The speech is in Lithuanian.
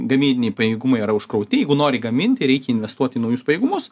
gamybiniai pajėgumai yra užkrauti jeigu nori gaminti reikia investuoti į naujus pajėgumus